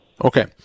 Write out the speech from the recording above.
Okay